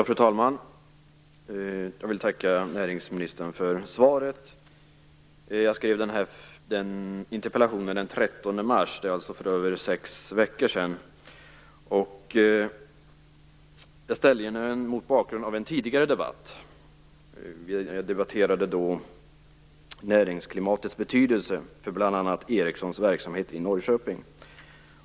Fru talman! Jag vill tacka näringsministern för svaret. Jag skrev denna interpellation den 13 mars, för över sex veckor sedan. Jag ställde interpellationen mot bakgrund av en tidigare debatt. Vi debatterade då näringslivsklimatets betydelse för bl.a. Ericssons verksamhet i Norrköping.